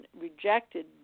rejected